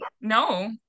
no